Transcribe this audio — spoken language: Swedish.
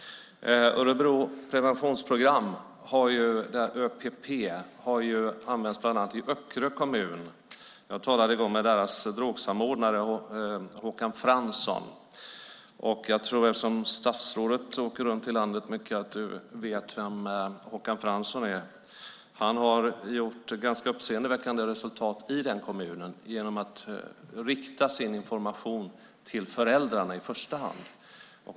Örebro preventionsprogram, ÖPP, har använts bland annat i Öckerö kommun. Jag talade en gång med deras drogsamordnare, Håkan Fransson. Eftersom statsrådet åker runt i landet mycket tror jag att hon vet vem Håkan Fransson är. Han har gjort ganska uppseendeväckande resultat i den kommunen genom att rikta sin information till föräldrarna i första hand.